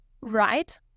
right